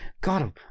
god